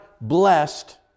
blessed